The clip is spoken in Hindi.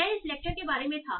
यह इस लेक्चर के बारे में था